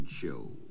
Show